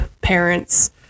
parents